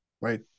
right